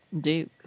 Duke